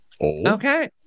okay